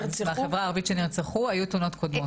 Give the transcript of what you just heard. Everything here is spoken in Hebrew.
מהחברה הערבית שנרצחו היו תלונות קודמות.